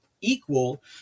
equal